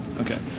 Okay